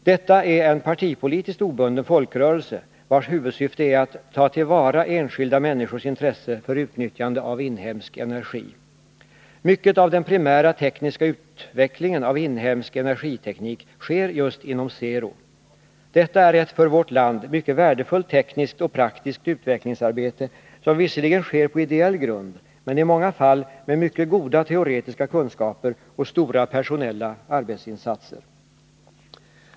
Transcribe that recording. Detta är en partipolitiskt obunden folkrörelse, vars huvudsyfte är att ta till vara enskilda människors intresse för utnyttjande av inhemsk energi. Mycket av den primära tekniska utvecklingen av inhemsk energiteknik sker just inom SERO. Detta är ett för vårt land mycket värdefullt tekniskt och praktiskt utvecklingsarbete, som visserligen sker på ideell grund men i många fall med mycket goda teoretiska kunskaper och stora personella arbetsinsatser.